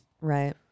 Right